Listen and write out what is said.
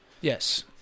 Yes